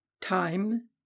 Time